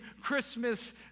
Christmas